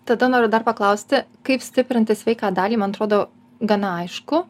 tada noriu dar paklausti kaip stiprinti sveiką dalį man atrodo gana aišku